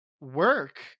work